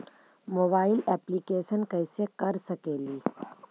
Mobile application कैसे कर सकेली?